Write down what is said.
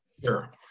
Sure